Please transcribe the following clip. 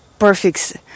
perfect